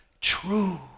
true